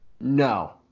No